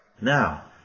Now